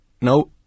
No